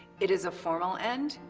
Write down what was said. it is a formal end,